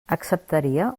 acceptaria